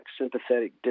sympathetic